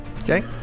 Okay